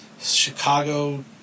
Chicago